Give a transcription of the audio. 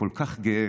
כל כך גאה,